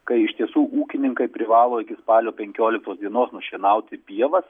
kai iš tiesų ūkininkai privalo iki spalio penkioliktos dienos nušienauti pievas